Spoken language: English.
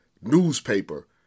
newspaper